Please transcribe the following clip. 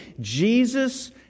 Jesus